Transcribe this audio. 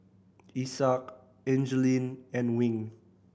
Isaak Angeline and Wing